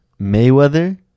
Mayweather